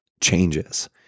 changes